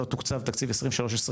לא תוקצב תקציב 23-24,